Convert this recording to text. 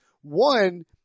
One